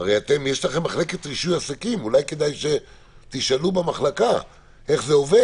אולי כדאי שתשאלו במחלקת רישוי עסקים אצלכם איך זה עובד.